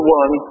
one